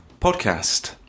podcast